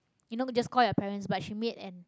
you know just call your parents but she made an